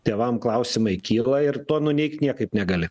tėvam klausimai kyla ir to nuneigt niekaip negali